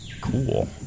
Cool